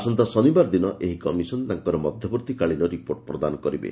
ଆସନ୍ତା ଶନିବାର ଦିନ ଏହି କମିଶନ ତାଙ୍କର ମଧ୍ଧବର୍ଭୀକାଳୀନ ରିପୋର୍ଟ ପ୍ରଦାନ କରିବେ